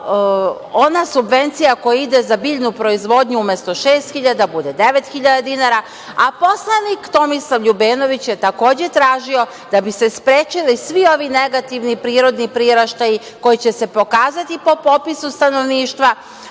ona subvencija koja ide za biljnu proizvodnju, umesto 6.000 bude 9.000 dinara, a poslanik Tomislav Ljubenović je takođe tražio da bi se sprečili svi ovi negativni prirodni priraštaj koji će se pokazati po popisu stanovništva,